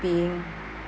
being